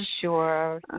sure